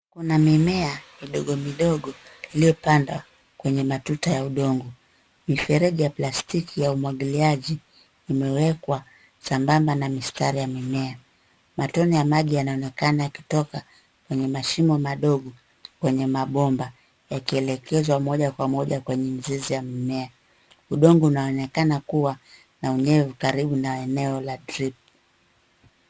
Kuna mimea midogo midogo, iliyopandwa kwenye matuta ya udongo. Mifereji ya plastiki ya umwagiliaji imewekwa sambamba na mistari ya mimea. Matone ya maji yanaonekana yakitoka kwenye mashimo madogo kwenye mabomba yakielekezwa moja kwa moja kwenye mzizi ya mimea. Udongo unaonekana kuwa na unyevu karibu na eneo la drip .